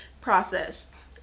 process